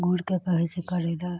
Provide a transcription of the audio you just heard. घुरिके कहै छै करै ले